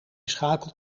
schakelt